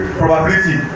probability